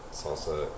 salsa